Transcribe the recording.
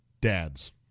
dads